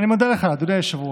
אני מודה לך, אדוני היושב-ראש.